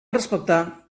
respectar